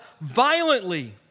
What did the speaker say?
violently